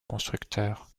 constructeurs